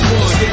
one